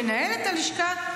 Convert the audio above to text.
מנהלת הלשכה,